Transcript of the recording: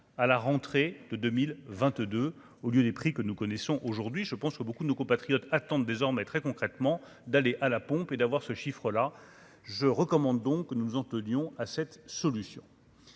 à la rentrée de 2022 au lieu des prix que nous connaissons aujourd'hui, je pense que beaucoup de nos compatriotes attendent désormais très concrètement, d'aller à la pompe et d'avoir ce chiffre-là, je recommande donc que nous en tenions à cette solution